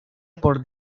por